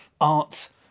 arts